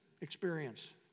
Experience